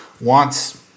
wants